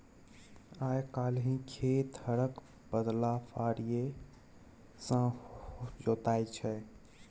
आइ काल्हि खेत हरक बदला फारीए सँ जोताइ छै